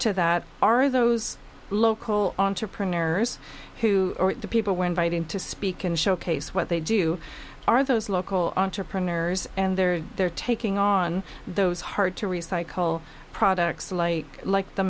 to that are those local entrepreneurs who people were invited to speak in showcase what they do are those local entrepreneurs and they're they're taking on those hard to recycle products like like the